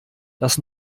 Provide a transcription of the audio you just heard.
dass